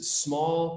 small